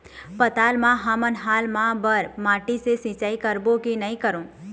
पताल मे हमन हाल मा बर माटी से सिचाई करबो की नई करों?